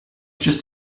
just